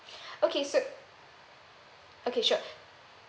okay so okay sure